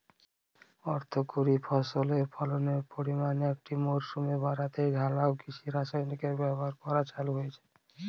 অর্থকরী ফসলের ফলনের পরিমান একটি মরসুমে বাড়াতে ঢালাও কৃষি রাসায়নিকের ব্যবহার করা চালু হয়েছে